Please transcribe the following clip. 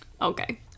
okay